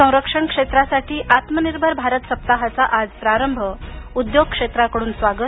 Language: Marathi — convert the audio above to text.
संरक्षण क्षेत्रासाठी आत्मनिर्भर भारत सप्ताहाचा आज प्रारंभ उद्योग क्षेत्राकडून स्वागत